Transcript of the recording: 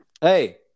Hey